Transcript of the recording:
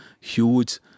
huge